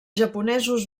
japonesos